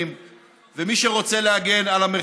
מי שרוצה להגן על חירות האזרחים,